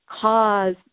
cause